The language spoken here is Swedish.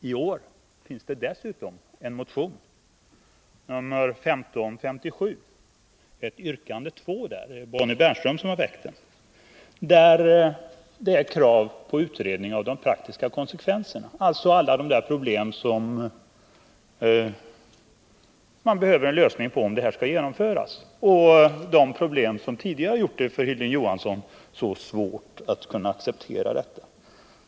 I år finns det dessutom i en motion som Bonnie Bernström har väckt, motion nr 1557 yrkande 2, ett krav på utredning av de praktiska konsekvenserna. Där föreslås en utredning av de problem som måste lösas för att offentliga utskottsutfrågningar skall kunna genomföras, alltså de problem som tidigare har gjort det så svårt för Hilding Johansson att kunna acceptera den här tanken.